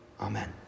Amen